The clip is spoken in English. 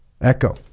Echo